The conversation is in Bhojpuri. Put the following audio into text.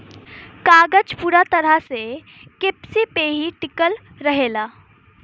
कागज पूरा तरह से किरसी पे ही टिकल रहेला